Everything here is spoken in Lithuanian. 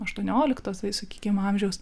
aštuoniolikto sa sakykim amžiaus